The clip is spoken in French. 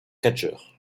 catcheur